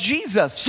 Jesus